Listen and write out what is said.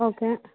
okay